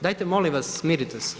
Dajte molim vas smirite se.